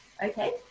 Okay